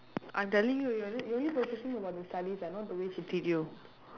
I telling you you are only you only focusing about the studies eh not the way she treat you